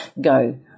go